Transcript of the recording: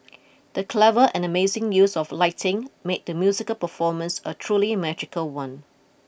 the clever and amazing use of lighting made the musical performance a truly magical one